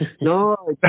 no